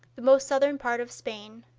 the most southern part of spain,